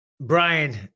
Brian